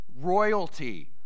royalty